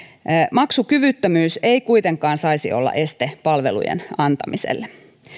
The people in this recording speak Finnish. maksukyvyttömyys ei kuitenkaan saisi olla este palvelujen antamiselle